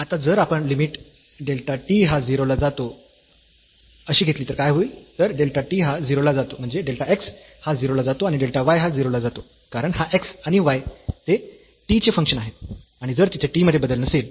तर delta t हा 0 ला जातो म्हणजे डेल्टा x हा 0 ला जातो आणि डेल्टा y हा 0 ला जातो कारण हा x आणि y ते t चे फंक्शन्स आहेत आणि जर तिथे t मध्ये बदल नसेल